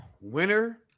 Winner